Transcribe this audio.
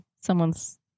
Someone's